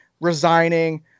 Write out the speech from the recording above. resigning